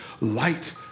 light